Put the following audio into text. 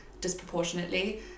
disproportionately